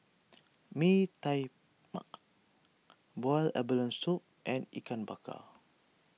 Bee Tai Mak Boiled Abalone Soup and Ikan Bakar